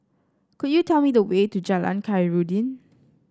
could you tell me the way to Jalan Khairuddin